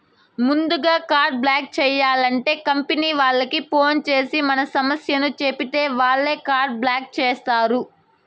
ముందుగా card block చేయాలంటే company వాళ్లకి ఫోన్ చేసి మన సమస్య చెప్పితే వాళ్లే కార్డు బ్లాక్ చేస్తారు